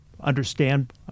understand